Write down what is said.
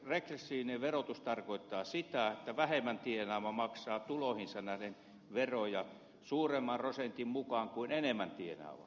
regressiivinen verotus tarkoittaa sitä että vähemmän tienaava maksaa tuloihinsa nähden veroja suuremman prosentin mukaan kuin enemmän tienaava